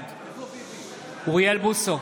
בעד אוריאל בוסו,